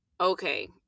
okay